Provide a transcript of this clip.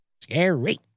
Scary